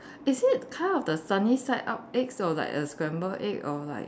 is it kind of the sunny side up eggs or like a scrambled egg or like